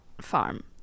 farm